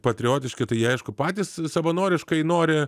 patriotiški tai jie aišku patys savanoriškai nori